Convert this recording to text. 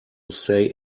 say